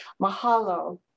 Mahalo